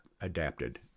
adapted